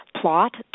plot